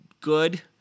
good